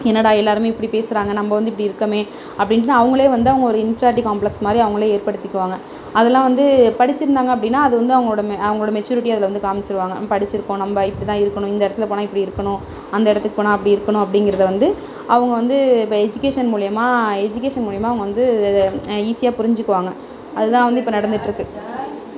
என்னடா எல்லோருமே இப்படி பேசுகிறாங்க நம்ம வந்து இப்படி இருக்கோமே அப்படின்ட்டு தான் அவங்களே வந்து அவங்க ஒரு இன்ஃபிரியாட்டி காம்ப்லெஸ் மாதிரி அவங்களே ஏற்படுத்திக்குவாங்க அதெல்லாம் வந்து படிச்சுருந்தாங்க அப்படினா அது வந்து அவங்களோடய மே அவங்களோட மெச்சூரிட்டி அதில் வந்து காமிச்சிருவாங்க படிச்சுருக்கோம் நம்ம இப்படித்தான் இருக்கணும் நம்ம இந்த இடத்துல போனால் இப்படி இருக்கணும் அந்த இடத்துக்கு போனா அப்டி இருக்கணும் அப்படிங்குறது வந்து அவங்க வந்து இப்போ எஜிகேஷன் மூலியமா எஜிகேஷன் மூலிமா அவங்க வந்து ஈஸியாக புரிஞ்சுக்குவாங்க அது தான் வந்து இப்போ நடந்துட்டுருக்கு